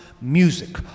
music